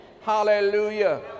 Hallelujah